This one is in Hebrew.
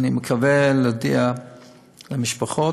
אני מתכוון להודיע למשפחות,